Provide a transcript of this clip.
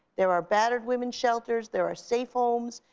there are battered women shelters. there are safe homes.